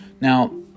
Now